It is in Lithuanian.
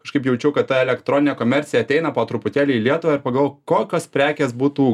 kažkaip jaučiau kad elektroninė komercija ateina po truputėlį į lietuvą ir pagalvo kokios prekės būtų